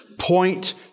point